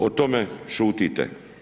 O tome šutite.